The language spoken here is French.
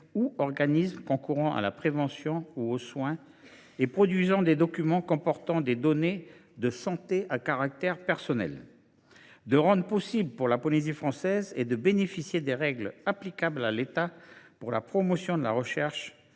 ou organismes concourant à la prévention ou aux soins et produisant des documents comportant des données de santé à caractère personnel. Elles permettront à la Polynésie française de bénéficier des règles applicables à l’État en matière de promotion des recherches